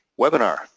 webinar